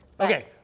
Okay